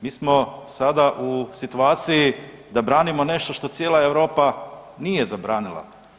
Mi smo sada u situaciji da branimo nešto što cijela Europa nije zabranila.